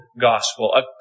gospel